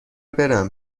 برم